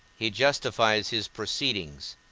he justifies his proceedings,